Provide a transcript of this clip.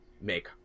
make